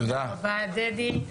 תודה רבה דדי.